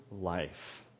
life